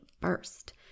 first